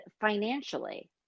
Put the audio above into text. financially